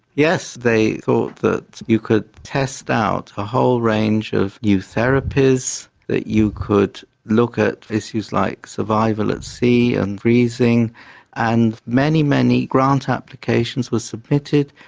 yes, they thought that you could test out a whole range of new therapies that you could look at issues like survival at sea and breathing and many, many grant applications were submitted,